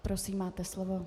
Prosím, máte slovo.